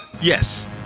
Yes